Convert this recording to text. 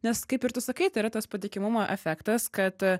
nes kaip ir tu sakai tai yra tas patikimumo efektas kad